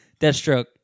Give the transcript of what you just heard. Deathstroke